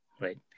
right